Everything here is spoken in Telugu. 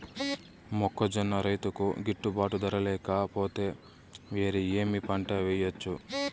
మొక్కజొన్న రైతుకు గిట్టుబాటు ధర లేక పోతే, వేరే ఏమి పంట వెయ్యొచ్చు?